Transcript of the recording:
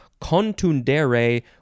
contundere